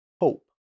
hope